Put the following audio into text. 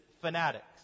fanatics